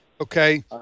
Okay